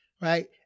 right